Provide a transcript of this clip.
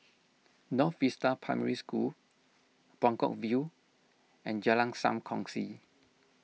North Vista Primary School Buangkok View and Jalan Sam Kongsi